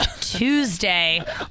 Tuesday